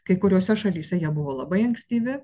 kai kuriose šalyse jie buvo labai ankstyvi